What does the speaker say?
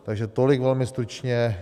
Takže tolik velmi stručně.